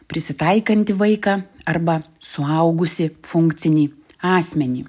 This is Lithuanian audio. prisitaikantį vaiką arba suaugusį funkcinį asmenį